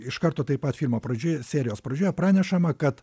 iš karto taip pat filmo pradžioje serijos pradžioje pranešama kad